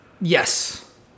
Yes